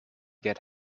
get